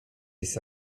jest